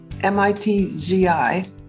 M-I-T-Z-I